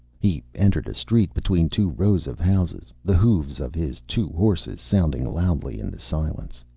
he entered a street between two rows of houses, the hoofs of his two horses sounding loudly in the silence.